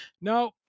No